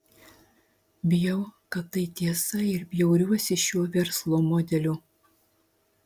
bijau kad tai tiesa ir bjauriuosi šiuo verslo modeliu